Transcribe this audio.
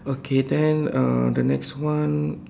okay then uh the next one